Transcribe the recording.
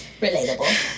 relatable